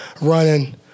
running